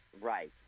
right